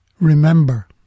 Remember